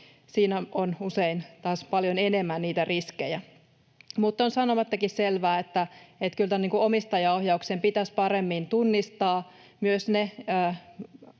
Siinä on usein taas paljon enemmän niitä riskejä. Mutta on sanomattakin selvää, että kyllä tämän omistajaohjauksen pitäisi paremmin tunnistaa myös ne